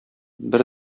бер